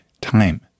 time